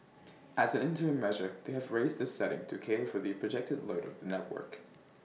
as an interim measure they have raised this setting to cater for the projected load of the network